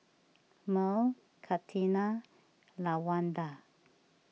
Mearl Catina Lawanda